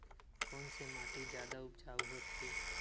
कोन से माटी जादा उपजाऊ होथे?